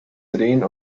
drehen